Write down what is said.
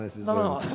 no